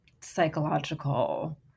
psychological